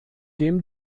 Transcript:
dem